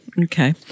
Okay